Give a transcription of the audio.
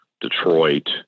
Detroit